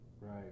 Right